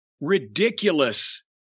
ridiculous